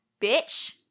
Bitch